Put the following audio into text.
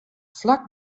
flak